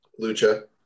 Lucha